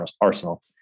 arsenal